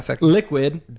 liquid